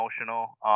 emotional